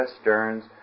Stearns